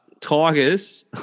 Tigers